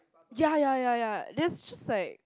ya ya ya ya there is just like